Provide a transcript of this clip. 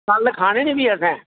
कल खाने न फ्ही असें